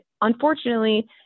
unfortunately